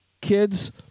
kids